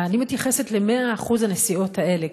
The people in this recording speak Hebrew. אני מתייחסת ל-100% הנסיעות האלה,